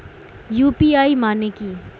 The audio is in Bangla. ইউ.পি.আই মানে কি?